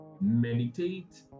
meditate